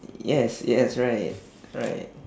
yes yes right right